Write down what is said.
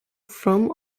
from